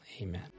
Amen